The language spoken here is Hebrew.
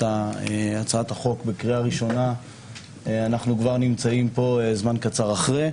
הצעת החוק בקריאה ראשונה אנחנו נמצאים פה זמן קצר אחרי.